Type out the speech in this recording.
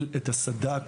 להגדיל את הסד"כ